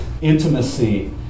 intimacy